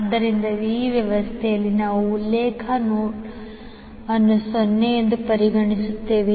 ಆದ್ದರಿಂದ ಈ ವ್ಯವಸ್ಥೆಯಲ್ಲಿ ನಾವು ಉಲ್ಲೇಖ ನೋಡ್ ಅನ್ನು 0 ಎಂದು ಪರಿಗಣಿಸುತ್ತಿದ್ದೇವೆ